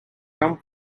come